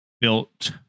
built